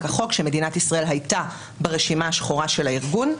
החוק שמדינת ישראל הייתה ברשימה השחורה של הארגון,